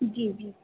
जी जी